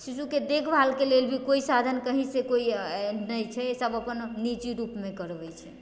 शिशुके देखभालके लेल भी कोइ साधन कहींँसँ कोइ नहि छै सभ अपन निजी रुपमे करबैत छै